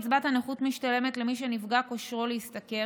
קצבת הנכות משתלמת למי שנפגע כושרו להשתכר